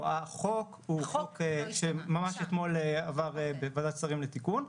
לא החוק ממש אתמול עבר בוועדת שרים לתיקון,